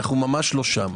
אנו לא שם.